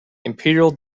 imperial